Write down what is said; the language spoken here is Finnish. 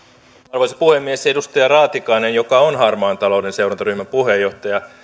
arvoisa puhemies edustaja raatikainen joka on harmaan talouden seurantaryhmän puheenjohtaja